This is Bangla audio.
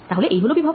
তাহলে এই হল বিভব